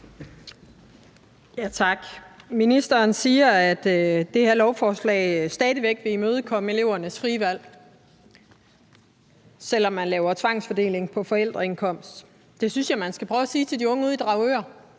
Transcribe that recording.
Ministeren siger, at det her lovforslag stadig væk vil imødekomme elevernes frie valg, selv om man laver tvangsfordeling på baggrund af forældreindkomst. Det synes jeg man skal prøve at sige til de unge ude i Dragør,